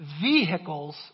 vehicles